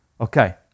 Okay